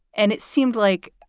and it seemed like